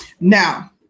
Now